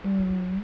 mmhmm